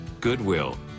Goodwill